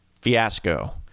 fiasco